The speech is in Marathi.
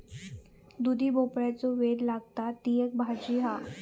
दुधी भोपळ्याचो वेल लागता, ती एक भाजी हा